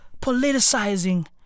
politicizing